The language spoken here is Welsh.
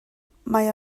mae